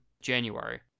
January